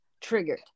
Triggered